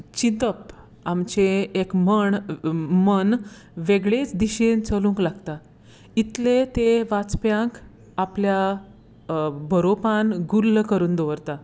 चिंतप आमचें एक मन वेगळेच दिशेन चलूंक लागता इतले ते वाचप्यांक आपल्या बरोवपांत गुल्ल करून दवरता